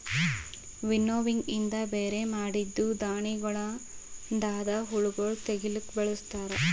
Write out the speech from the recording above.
winnowing ಇಂದ ಬ್ಯಾರೆ ಮಾಡಿದ್ದೂ ಧಾಣಿಗೊಳದಾಂದ ಹುಳಗೊಳ್ ತೆಗಿಲುಕ್ ಬಳಸ್ತಾರ್